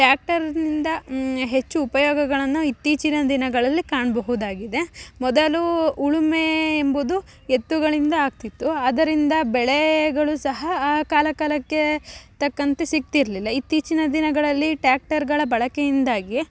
ಟ್ಯಾಕ್ಟರ್ನಿಂದ ಹೆಚ್ಚು ಉಪಯೋಗಗಳನ್ನು ಇತ್ತೀಚಿನ ದಿನಗಳಲ್ಲಿ ಕಾಣಬಹುದಾಗಿದೆ ಮೊದಲು ಉಳುಮೆ ಎಂಬುದು ಎತ್ತುಗಳಿಂದ ಆಗ್ತಿತ್ತು ಆದರಿಂದ ಬೆಳೆಗಳು ಸಹ ಕಾಲ ಕಾಲಕ್ಕೆ ತಕ್ಕಂತೆ ಸಿಗ್ತಿರಲಿಲ್ಲ ಇತ್ತೀಚಿನ ದಿನಗಳಲ್ಲಿ ಟ್ಯಾಕ್ಟರ್ಗಳ ಬಳಕೆಯಿಂದಾಗಿ